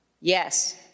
Yes